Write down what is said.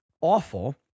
awful